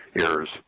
errors